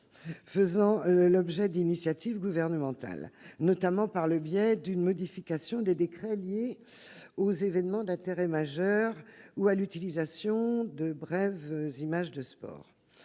fassent l'objet d'initiatives gouvernementales. Cela pourrait se faire, notamment, par le biais d'une modification des décrets liés aux événements d'intérêt majeur ou à l'utilisation de brèves images de sport.